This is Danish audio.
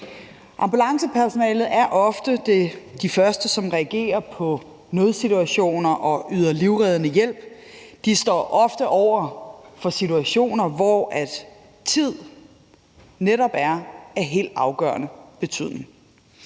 Ambulancepersonalet er ofte de første, som reagerer på nødsituationer og yder livreddende hjælp. De står ofte over for situationer, hvor netop tid er af helt afgørende betydning.